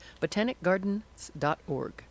botanicgardens.org